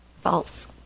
False